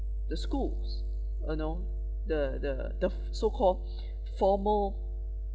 the schools you know the the the f~ so-called formal